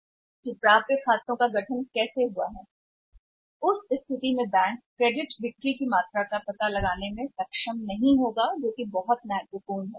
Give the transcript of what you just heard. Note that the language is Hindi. उस स्थिति में बैंक क्रेडिट बिक्री की मात्रा का पता लगाने में सक्षम नहीं होगा बैंक नहीं होगा क्रेडिट बिक्री की मात्रा का पता लगाने और क्रेडिट बिक्री की मात्रा का पता लगाने में सक्षम है बहुत बहुत महत्वपूर्ण है